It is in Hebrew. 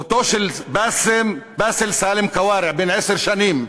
מותו של באסם סאלם כוארע, בן עשר שנים,